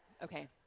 Okay